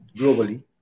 globally